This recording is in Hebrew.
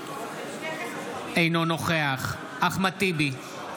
אינו נוכח אחמד טיבי,